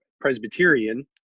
Presbyterian